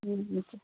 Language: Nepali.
ए हुन्छ